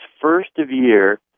first-of-year